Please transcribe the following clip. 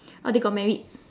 oh they got married